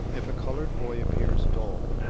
if a colored boy appears dull,